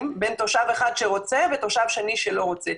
בין תושב אחד שרוצה לתושב שני שלא רוצה,